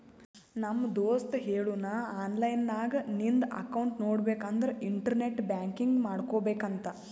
ನಮ್ ದೋಸ್ತ ಹೇಳುನ್ ಆನ್ಲೈನ್ ನಾಗ್ ನಿಂದ್ ಅಕೌಂಟ್ ನೋಡ್ಬೇಕ ಅಂದುರ್ ಇಂಟರ್ನೆಟ್ ಬ್ಯಾಂಕಿಂಗ್ ಮಾಡ್ಕೋಬೇಕ ಅಂತ್